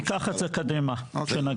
ניקח את זה קדימה כשנגיע.